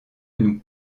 nous